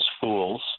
fools